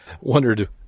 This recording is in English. wondered